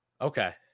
Okay